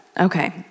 Okay